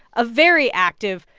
a very active,